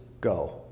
go